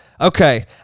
okay